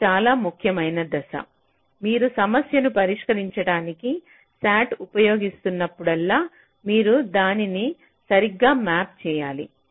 ఇది చాలా ముఖ్యమైన దశ మీరు సమస్యను పరిష్కరించడానికి SAT ఉపయోగిస్తున్నప్పుడల్లా మీరు దానిని సరిగ్గా మ్యాప్ చేయాలి